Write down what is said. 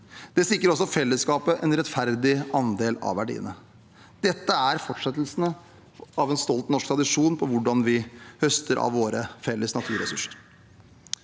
Det sikrer også fellesskapet en rettferdig andel av verdiene. Dette er fortsettelsen av en stolt norsk tradisjon for hvordan vi høster av våre felles naturressurser.